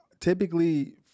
Typically